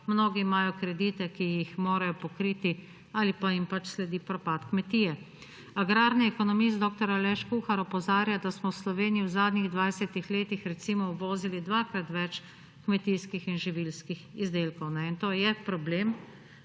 mnogi imajo kredite, ki jih morajo pokriti ali pa jim pač sledi propad kmetije. Agrarni ekonomist dr. Aleš Kuhar opozarja, da smo v Slovenijo v zadnjih 20 letih recimo uvozili dvakrat več kmetijskih in živilskih izdelkov. To je problem.